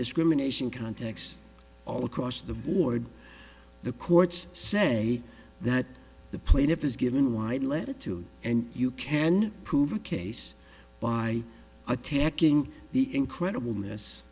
discrimination context all across the board the courts say that the plaintiff is given wide latitude and you can prove a case by attacking the incredible mess